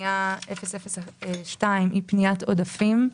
פנייה 002 היא פניית עודפים.